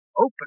open